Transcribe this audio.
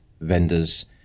vendors